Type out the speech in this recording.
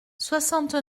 soixante